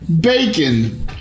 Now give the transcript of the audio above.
Bacon